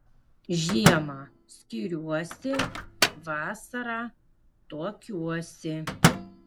žiemą skiriuosi vasarą tuokiuosi